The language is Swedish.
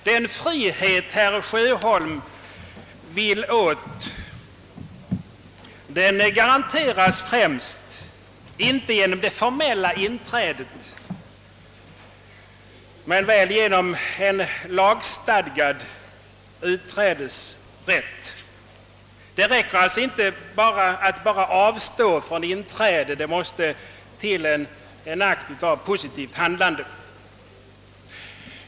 Den frihet herr Sjöholm vill åstadkomma garanteras inte genom ett formellt inträde men väl genom en lagstadgad utträdesrätt. Det är inte. tillräckligt att bara avstå från inträde. Det fordras en akt av positivt handlande.